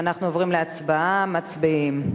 מצביעים.